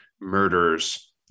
murders